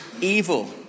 evil